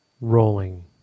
rolling